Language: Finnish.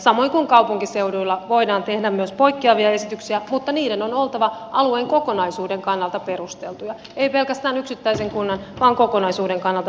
samoin kaupunkiseuduilla voidaan tehdä poikkeavia esityksiä mutta niiden on oltava alueen kokonaisuuden kannalta perusteltuja ei pelkästään yksittäisen kunnan vaan kokonaisuuden kannalta perusteltuja